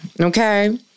okay